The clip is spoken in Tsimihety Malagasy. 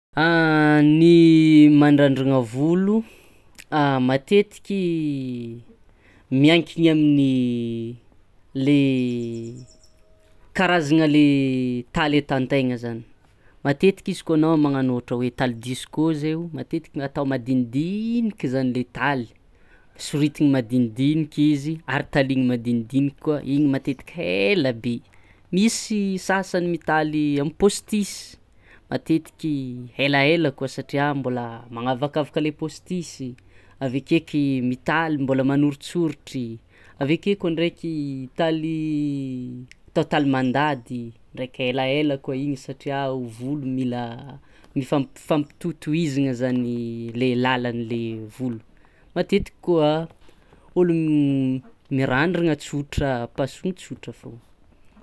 Ny mandrandragna volo matetiky miankigny amin'ny le karazagna le taly atan-taigna zany, matetiky izy koa anao magnano ohatra hoe taly disco zay o matetiky atao madinidiniky zany le taly, soritigny madinidiniky izy ary taligny madinidiniky koa igny matetiky haila be. Misy sasany mitaly amy pôstisy, matetiky hailahaila koa satria mbôla magnavakavaka lay pôstisy, aveke eky mitaly mbôla manoritsoritry, aveke koa ndraiky taly atao taly mandady ndraiky hailahaila koa igny satria o volo mila mifamp-fampitohitohizagna zany le lalan'ny le volo. Matetiky koa ôlogno mirandragna tsotra pasogny tsotra faogna.